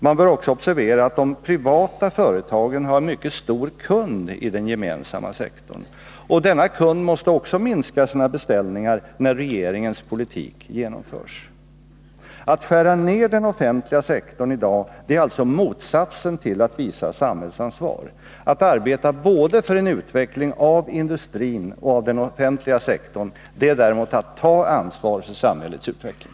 Man bör också observera att de privata företagen har en mycket stor kund i den gemensamma sektorn, och denna kund måste minska sina beställningar när regeringens politik genomförs. Att skära ner den offentliga sektorn i dag är alltså motsatsen till att visa samhällsansvar. Att arbeta för en utveckling både av industrin och av den offentliga sektorn är däremot att ta ansvar för samhällets utveckling.